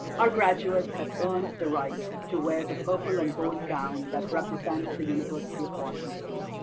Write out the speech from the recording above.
our graduates have earned the right to wear the purple and gold gown that represents the university of washington.